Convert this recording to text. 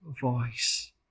voice